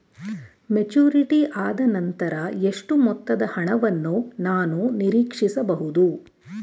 Maturity ಆದನಂತರ ಎಷ್ಟು ಮೊತ್ತದ ಹಣವನ್ನು ನಾನು ನೀರೀಕ್ಷಿಸ ಬಹುದು?